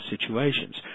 situations